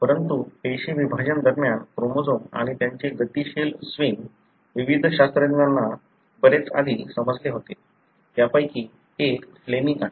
परंतु पेशी विभाजन दरम्यान क्रोमोझोम आणि त्यांचे गतिशील स्विंग विविध शास्त्रज्ञांना बरेच आधी समजले होते त्यापैकी एक फ्लेमिंग आहे